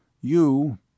You